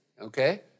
Okay